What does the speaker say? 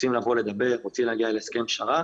רוצים להגיע להסכם פשרה,